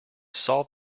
solved